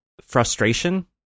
frustration